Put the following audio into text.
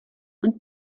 und